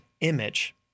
image